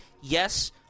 yes